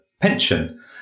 pension